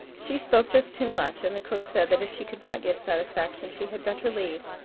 she spoke just too much, and the cook said that if she could not give satisfaction she had better leave.